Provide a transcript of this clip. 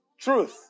truth